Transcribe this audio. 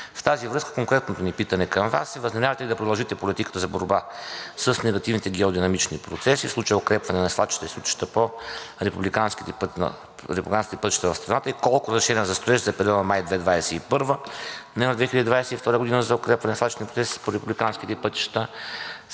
В тази връзка конкретното ни питане към Вас е: възнамерявате ли да продължите политиката за борба с негативните геодинамични процеси, в случая укрепване на свлачища и срутища по републиканските пътища в страната, и колко разрешения за строеж за периода май 2021 – ноември 2022 г. за укрепване на свлачищни процеси по републиканските пътища